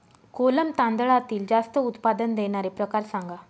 कोलम तांदळातील जास्त उत्पादन देणारे प्रकार सांगा